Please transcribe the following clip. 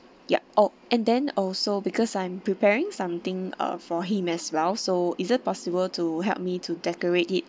yup oh and then also because I'm preparing something uh for him as well so is it possible to help me to decorate it